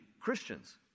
Christians